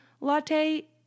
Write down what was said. latte